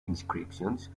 inscriptions